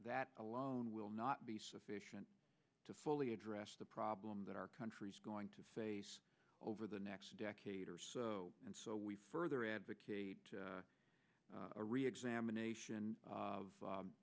that alone will not be sufficient to fully address the problem that our country's going to face over the next decade or so and so we further advocate a reexamination of